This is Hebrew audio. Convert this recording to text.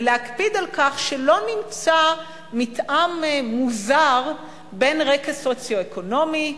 ולהקפיד על כך שלא נמצא מתאם מוזר בין רקע סוציו-אקונומי,